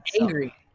angry